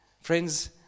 Friends